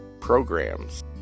programs